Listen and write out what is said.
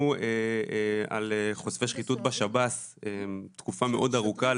על חושפי שחיתות בשירות בתי הסוהר תקופה מאוד ארוכה.